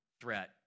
threat